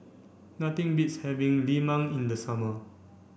nothing beats having Lemang in the summer